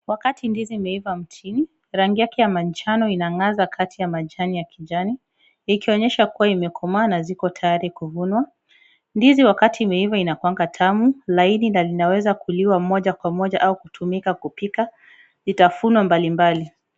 Wakati ndizi imeiva mtini rangi yake ya manjano inaangaza kati ya majani ya kijani ikionyesha kua imekomaa na ziko tayari kuvunwa. Ndizi wakati imeiva inakuaga tamu, laini na inaweza kuliwa moja kwa moja au kutumika kupika vitafunwa mbalimbali.